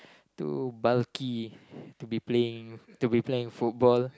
too bulky to be playing to be playing football